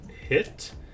hit